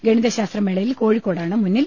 ഗണിതശാസ്ത്രമേളയിൽ കോഴിക്കോടാണ് മുന്നിൽ